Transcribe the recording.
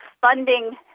Funding